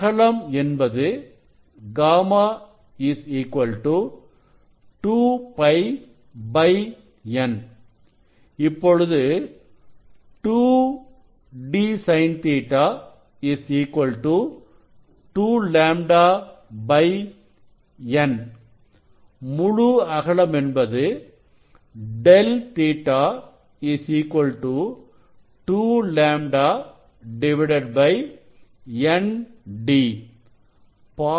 அகலம் என்பது γ 2 π N இப்பொழுது d sin Ɵ 2 λ N முழு அகலம் என்பது ΔƟ 2 λ N d